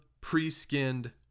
pre-skinned